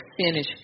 finish